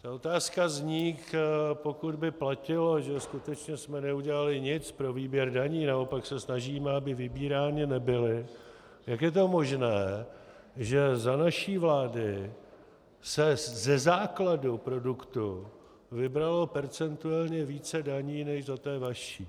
Ta otázka zní, pokud by platilo, že skutečně jsme neudělali nic pro výběr daní, naopak se snažíme, aby vybírány nebyly, jak je to možné, že za naší vlády se ze základu produktu vybralo percentuálně více daní než za té vaší.